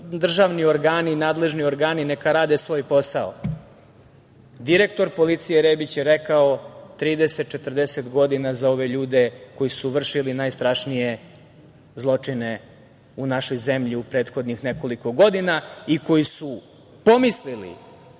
državni organi, nadležni organi neka rade svoj posao. Direktor policije, Rebić, je rekao 30-40 godina za ove ljude koji su vršili najstrašnije zločine u našoj zemlji u prethodnih nekoliko godina i koji su pomislili